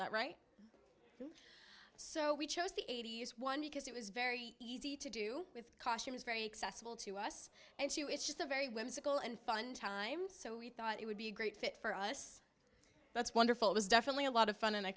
that right so we chose the eighty's one because it was very easy to do with caution is very accessible to us and it's just a very whimsical and fun time so we thought it would be a great fit for us that's wonderful it was definitely a lot of fun and i